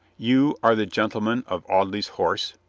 you are the gentlemen of audley's horse?